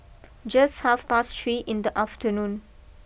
just half past three in the afternoon